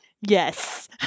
Yes